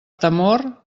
temor